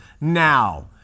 now